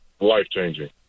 life-changing